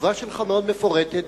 התשובה שלך מאוד מפורטת,